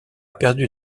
perdu